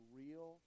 real